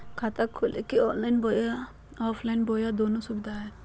खाता खोले के ऑनलाइन बोया ऑफलाइन बोया दोनो सुविधा है?